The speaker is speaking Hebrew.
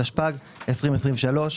התשפ"ג-2023".